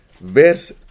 Verse